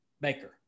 Baker